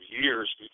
years